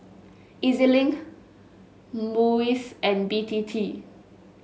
E Z Link MUIS and B T T